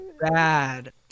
bad